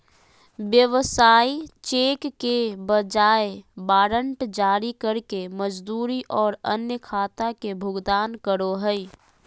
व्यवसाय चेक के बजाय वारंट जारी करके मजदूरी और अन्य खाता के भुगतान करो हइ